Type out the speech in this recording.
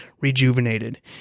rejuvenated